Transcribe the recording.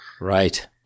Right